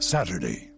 Saturday